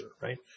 right